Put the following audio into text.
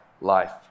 life